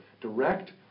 Direct